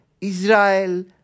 Israel